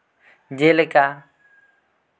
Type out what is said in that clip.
ᱡᱮᱞᱮᱠᱟ